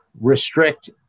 restrict